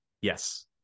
Yes